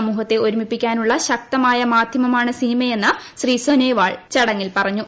സമൂഹത്തെ ഒരുമിപ്പിക്കാനുള്ള ശക്തമായ മാധ്യമമാണ് സിനിമയെന്ന് ശ്രീ സോനോവാൾ ചടങ്ങിൽ പറഞ്ഞു